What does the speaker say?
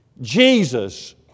Jesus